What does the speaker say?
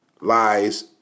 lies